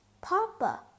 papa